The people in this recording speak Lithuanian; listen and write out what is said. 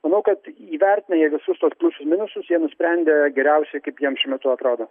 manau kad įvertinę jie visus tuos pliusus minusus jie nusprendė geriausiai kaip jiems šiuo metu atrodo